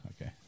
Okay